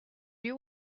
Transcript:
you